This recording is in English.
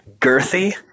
girthy